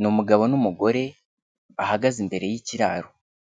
Ni umugabo n'umugore bahagaze imbere y'ikiraro.